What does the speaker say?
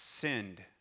sinned